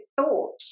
thought